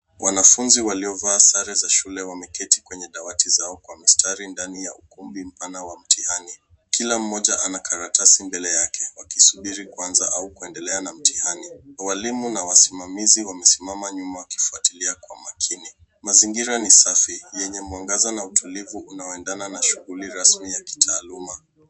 Wanafunzi waliovaa sare za shule wameketi kwenye dawati zao kwa mistari ndani ya ukumbi mpana wa mtihani . Kila mmoja ana karatasi mbele yake wakisubiri kuanza au kuendelea na mtihani. Walimu na wasimamizi wamesimama nyuma wakifuatilia kwa makini. Mazingira ni safi yenye mwangaza na utulivu unaoendana na shughuli rasmi ya kitaluma.